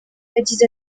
yagize